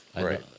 Right